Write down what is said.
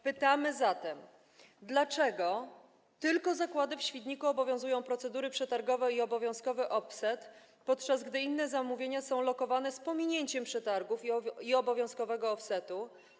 Pytamy zatem: Dlaczego tylko zakłady w Świdniku obowiązują procedury przetargowe i obowiązkowy offset, podczas gdy inne zamówienia są lokowane z pominięciem przetargów i obowiązkowego offsetu?